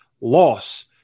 loss